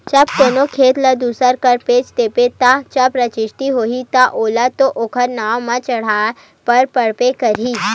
जब कोनो खेत ल दूसर करा बेच देबे ता जब रजिस्टी होही ता ओला तो ओखर नांव म चड़हाय बर लगबे करही